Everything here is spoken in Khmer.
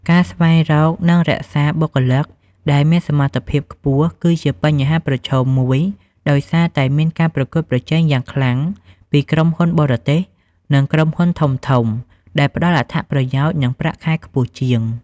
ការស្វែងរក និងរក្សាបុគ្គលិកដែលមានសមត្ថភាពខ្ពស់គឺជាបញ្ហាប្រឈមមួយ ដោយសារតែមានការប្រកួតប្រជែងយ៉ាងខ្លាំងពីក្រុមហ៊ុនបរទេស និងក្រុមហ៊ុនធំៗ ដែលផ្តល់អត្ថប្រយោជន៍ និងប្រាក់ខែខ្ពស់ជាង។